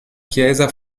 chiesa